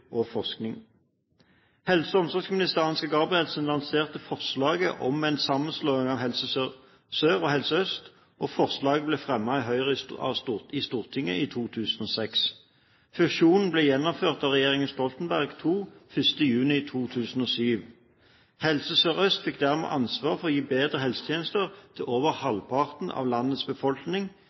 og forskning. Daværende helse- og omsorgsminister Ansgar Gabrielsen lanserte forslaget om en sammenslåing av Helse Sør og Helse Øst, og forslaget ble fremmet av Høyre i Stortinget i 2006. Fusjonen ble gjennomført av regjeringen Stoltenberg II 1. juni 2007. Helse Sør-Øst fikk dermed ansvaret for å gi bedre helsetjenester til over halvparten av landets befolkning